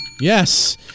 Yes